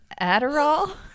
Adderall